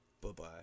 Bye-bye